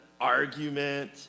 argument